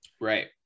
Right